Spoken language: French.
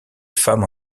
femmes